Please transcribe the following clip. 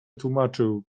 tłumaczył